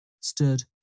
stood